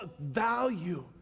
value